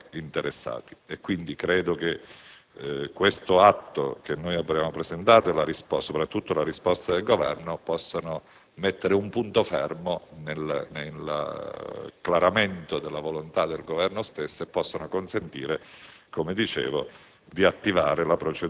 dei territori interessati. Credo, quindi, che l'atto che abbiamo presentato e, soprattutto, la risposta del Governo, possano mettere un punto fermo nell'acclaramento della volontà del Governo stesso e possano consentire di